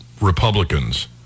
Republicans